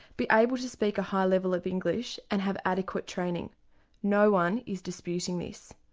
be able to speak a high level of english and have adequate training no one is disputing this.